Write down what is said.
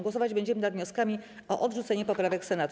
Głosować będziemy nad wnioskami o odrzucenie poprawek Senatu.